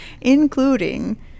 including